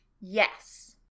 yes